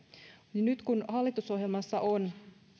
nyt kun hallitusohjelmassa on